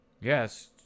Yes